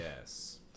yes